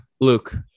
Luke